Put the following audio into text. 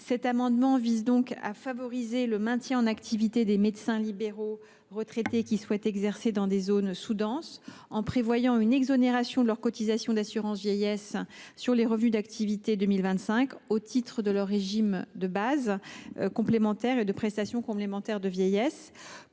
Cet amendement tend donc à favoriser le maintien en activité des médecins libéraux retraités qui souhaitent exercer dans les zones sous denses, en prévoyant une exonération de leurs cotisations d’assurance vieillesse dues sur les revenus d’activité perçus en 2025 au titre de leurs régimes de base et de prestations complémentaires de vieillesse.